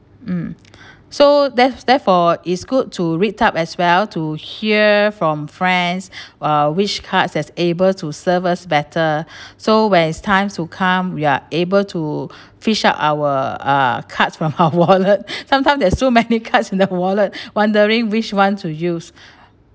mm so theref~ therefore it's good to read up as well to hear from friends uh which cards as able to serve us better so when is times to come we are able to fish up our uh cards from our wallet sometimes there's so many cards in the wallet wondering which one to use